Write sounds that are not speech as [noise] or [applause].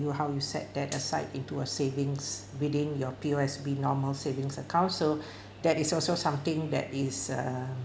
you how you set that aside into a savings within your P_O_S_B normal savings account so [breath] that is also something that is err